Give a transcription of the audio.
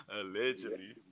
Allegedly